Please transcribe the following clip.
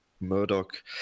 Murdoch